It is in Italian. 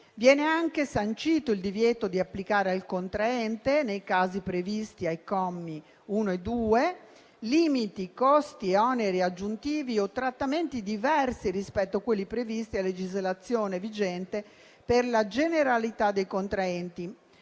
Viene anche sancito il divieto di applicare al contraente, nei casi previsti ai commi 1 e 2, limiti, costi e oneri aggiuntivi o trattamenti diversi rispetto a quelli previsti a legislazione vigente per la generalità dei contraenti,